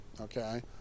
Okay